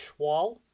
schwal